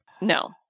No